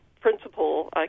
principal